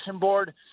board